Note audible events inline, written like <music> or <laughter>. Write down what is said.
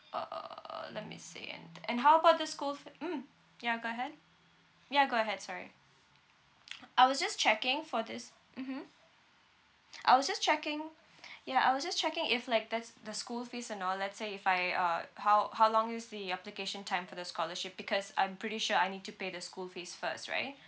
uh uh uh let me see and and how about the school f~ mm ya go ahead ya go ahead sorry <noise> I was just checking for this mmhmm I was just checking ya I was just checking if like that's the school fees and all let's say if I uh how how long is the application time for the scholarship because I'm pretty sure I need to pay the school fees first right